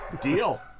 deal